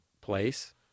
place